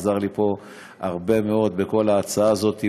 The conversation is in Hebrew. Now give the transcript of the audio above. הוא עזר לי פה הרבה מאוד בכל ההצעה הזאת,